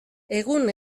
egun